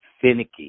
finicky